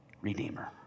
redeemer